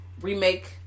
remake